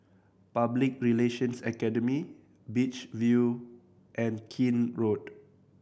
Public Relations Academy Beach View and Keene Road